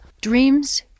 Dreams